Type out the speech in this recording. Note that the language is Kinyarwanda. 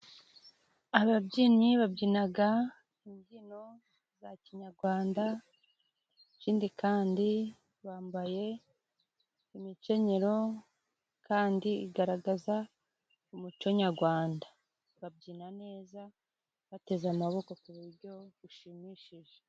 Ababyinnyi babyina imbyino za kinyarwanda, ikindi kandi bambaye imikenyero, kandi igaragaza umuco nyarwanda babyina neza bateze amaboko ku buryo bushimishije.